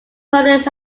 permanent